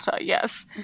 yes